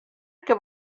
que